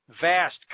vast